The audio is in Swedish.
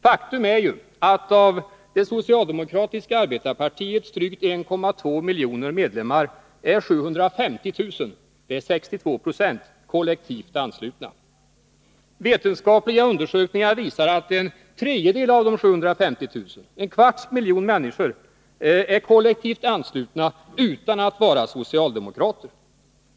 Faktum är ju att av det socialdemokratiska arbetarpartiets drygt 1,2 miljoner medlemmar är 750 000 —- 62 Jo — kollektivt anslutna. Vetenskapliga undersökningar visar att en tredjedel av de 750 000 — en kvarts miljon människor — är kollektivt anslutna utan att vara socialdemo krater.